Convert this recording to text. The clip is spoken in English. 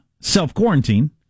self-quarantine